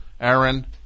Aaron